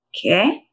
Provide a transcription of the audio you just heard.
okay